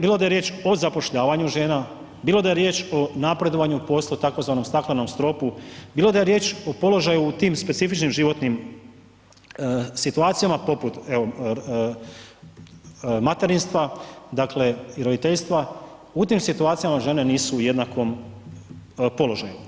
Bilo da je riječ o zapošljavanju žena, bilo da je riječ o napredovanju u poslu tzv. staklenom stropu, bilo da je riječ o položaju u tim specifičnim životnim situacijama poput evo materinstva, dakle i roditeljstva, u tim situacijama žene nisu u jednakom položaju.